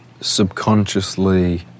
subconsciously